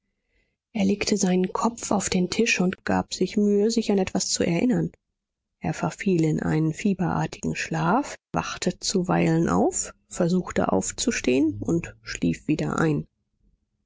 er legte seinen kopf auf den tisch und gab sich mühe sich an etwas zu erinnern er verfiel in einen fieberartigen schlaf wachte zuweilen auf versuchte aufzustehen und schlief wieder sie